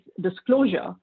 disclosure